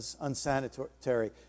unsanitary